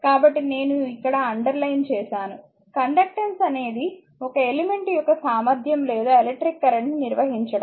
కాబట్టి నేను ఇక్కడ అండర్లైన్ చేసాను కండక్టెన్స్ అనేది ఒక ఎలిమెంట్ యొక్క సామర్థ్యం లేదా ఎలక్ట్రిక్ కరెంట్ ని నిర్వహించడం